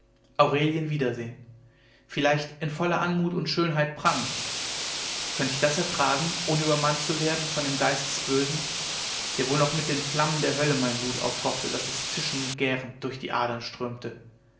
aurelien wiedersehen vielleicht in voller anmut und schönheit prangend könnt ich das ertragen ohne übermannt zu werden von dem geist des bösen der wohl noch mit den flammen der hölle mein blut aufkochte daß es zischend und gärend durch die adern strömte